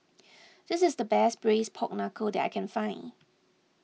this is the best Braised Pork Knuckle that I can find